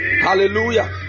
Hallelujah